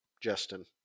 Justin